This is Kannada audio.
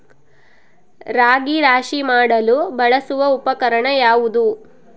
ರಾಗಿ ರಾಶಿ ಮಾಡಲು ಬಳಸುವ ಉಪಕರಣ ಯಾವುದು?